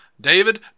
David